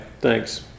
thanks